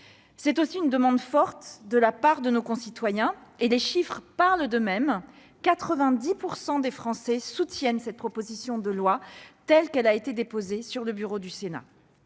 C'est aussi une demande forte de la part de nos concitoyens. Les chiffres parlent d'eux-mêmes. En effet, 90 % des Français soutiennent la proposition de loi telle qu'elle a été déposée sur le bureau du Sénat.